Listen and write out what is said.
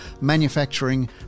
manufacturing